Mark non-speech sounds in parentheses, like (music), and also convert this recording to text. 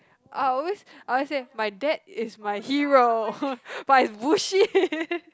I'll always I always say my dad is my hero (laughs) but it's bullshit (laughs)